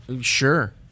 Sure